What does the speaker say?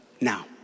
Now